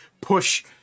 push